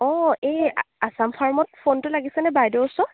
অঁ এই আ আছাম ফাৰ্মত ফোনটো লাগিছে নে বাইদেউৰ ওচৰত